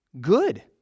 good